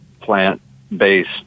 plant-based